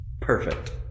Perfect